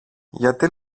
γιατί